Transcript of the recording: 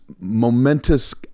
momentous